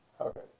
okay